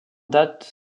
dates